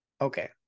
Okay